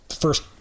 first